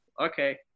Okay